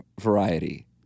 variety